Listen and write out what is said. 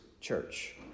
church